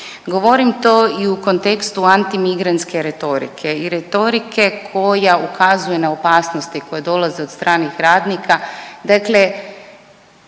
Govorim to i u kontekstu anti migrantske retorike i retorike koja ukazuje na opasnosti koje dolaze od stranih radnika, dakle